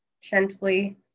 gently